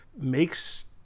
makes